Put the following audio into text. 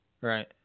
Right